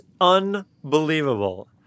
unbelievable